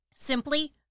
Simply